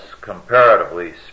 comparatively